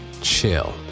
Chill